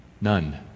None